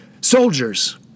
Soldiers